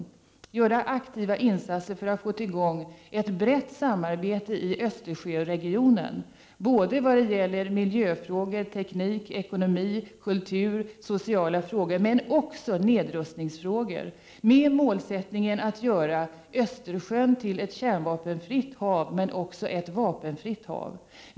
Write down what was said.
Sverige bör arbeta aktivt för att få i gång ett brett samarbete i Östersjöregionen när det gäller miljöfrågor, teknik, ekonomi, kultur och sociala frågor, men också i nedrustningsfrågor, med målsättningen att göra Östersjön till ett kärnvapenfritt och också vapenfritt hav.